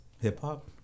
Hip-hop